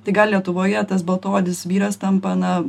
tai gal lietuvoje tas baltaodis vyras tampa na